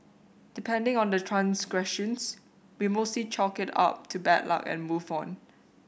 depending on the transgressions we mostly chalk it up to bad luck and move on